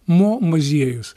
mo muziejus